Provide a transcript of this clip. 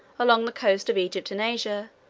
along the coast of egypt and asia,